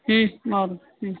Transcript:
हो